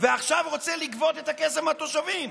ועכשיו רוצה לגבות את הכסף מהתושבים.